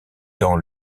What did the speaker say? dans